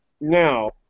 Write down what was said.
Now